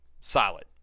solid